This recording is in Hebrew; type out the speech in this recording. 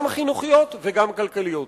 גם חינוכיות וגם כלכליות.